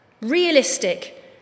realistic